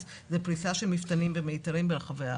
זאת פריסה של מפתנים ומיתרים ברחבי הארץ.